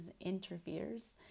interferes